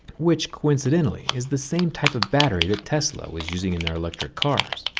which coincidentally is the same type of battery that tesla was using in their electric cars.